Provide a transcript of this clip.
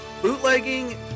Bootlegging